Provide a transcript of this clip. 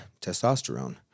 testosterone